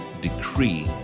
decree